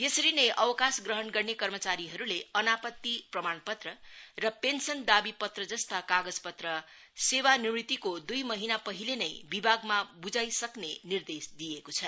यसरी नै अवकाशग्रहण गर्ने कर्मचारीहरूले अनापत्ति प्रमाणपत्र पेन्सन दावी पत्र जस्ता कागजपत्र सेवानिवृत्तिको द्ई महिना पहिले नै विभागमा ब्झाईसक्ने निर्देश दिइएको छ